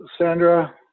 Sandra